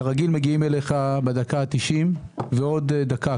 כרגיל מגיעים אליך בדקה ה-90 ועוד דקה.